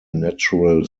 natural